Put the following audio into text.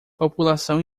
população